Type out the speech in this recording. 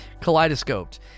kaleidoscoped